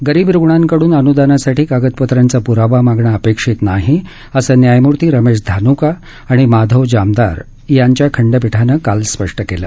गरीब रुग्णांकडून अनुदानासाठी कागदपत्रांचा प्रावा मागणं अपेक्षित नाही असं न्यायमूर्ती रमेश धान्का आणि माधव जामदार यांच्या खंडपीठानं काल स्पष्ट केलं